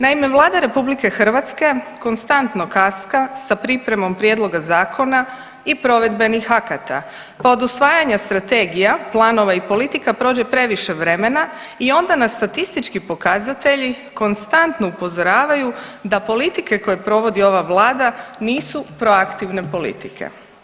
Naime, Vlada RH konstantno kaska sa pripremom prijedloga zakona i provedbenih akata, pa od usvajanja strategija, planova i politika prođe previše vremena i onda nam statistički pokazatelji konstantno upozoravaju da politike koje provodi ova vlada nisu proaktivne politike.